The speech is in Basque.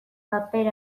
paper